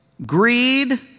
Greed